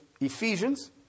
Ephesians